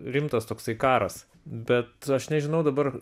rimtas toksai karas bet aš nežinau dabar